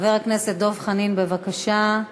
חבר הכנסת דב חנין, בבקשה,